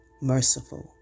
merciful